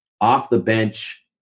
off-the-bench